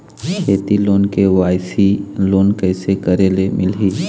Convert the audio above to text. खेती loan KYC loan कइसे करे ले मिलही?